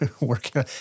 working